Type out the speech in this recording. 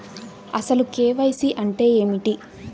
అసలు కే.వై.సి అంటే ఏమిటి?